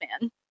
man